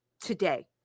today